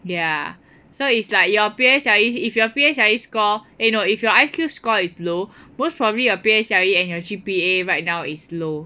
ya so is like your P_S_L_E if your P_S_L_E score eh no if your I_Q score is low most probably your P_S_L_E and your G_P_A right now is low